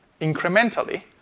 incrementally